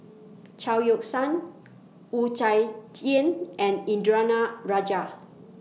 Chao Yoke San Wu Tsai Yen and Indranee Rajah